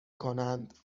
کنند